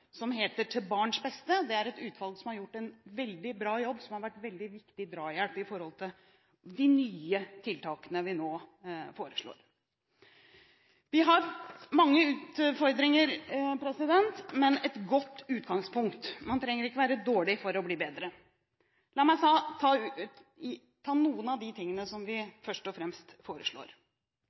som heter Til barnas beste. Utvalget har gjort en veldig bra jobb som har vært veldig viktig drahjelp for de nye tiltakene vi nå foreslår. Vi har mange utfordringer, men et godt utgangspunkt. Man trenger ikke være dårlig for å bli bedre. La meg ta noen av de tingene som vi først og fremst foreslår: